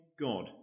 God